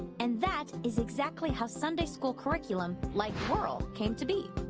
and that is exactly how sunday school curriculum like whirl came to be.